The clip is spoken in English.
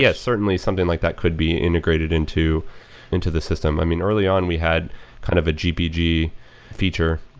yeah certainly something like that could be integrated into into the system i mean, early on we had kind of a gpg feature.